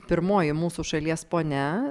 pirmoji mūsų šalies ponia